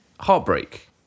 Heartbreak